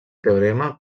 teorema